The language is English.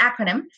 acronym